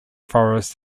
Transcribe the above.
forest